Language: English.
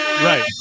Right